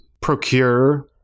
procure